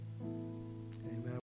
Amen